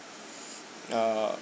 uh